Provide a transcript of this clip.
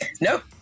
Nope